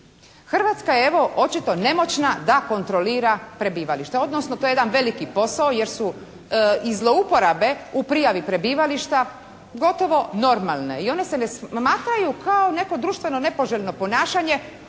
Hrvatska je evo, očito nemoćna da kontrolira prebivalište. Odnosno to je jedan veliki posao jer su i zlouporabe u prijavi prebivališta gotovo normalne i one se ne smatraju kao neko društveno nepoželjno ponašanje.